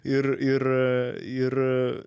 ir ir